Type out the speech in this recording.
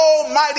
almighty